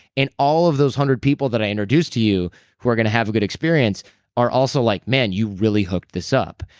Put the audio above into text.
and all of those one hundred people that i introduce to you who are going to have a good experience are also like, man, you really hooked this up.